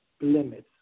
limits